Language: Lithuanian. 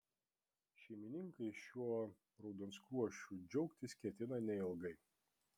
šeimininkai šiuo raudonskruosčiu džiaugtis ketina neilgai